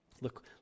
Look